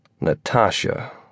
Natasha